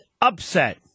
upset